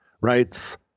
writes